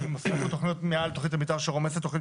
אם עושים פה תכניות מעל תכנית המתאר, שרומסת תכנית